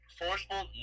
forceful